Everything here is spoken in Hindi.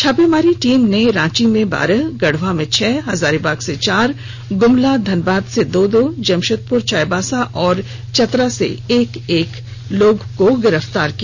छापेमारी टीम ने रांची से बारह गढ़वा से छह हजारीबाग से चार गुमला धनबाद से दो दो जमशेदपुर चाईबासा और चतरा से एक एक लोग को गिरफ्तार किया